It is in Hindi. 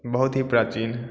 बहुत ही प्राचीन है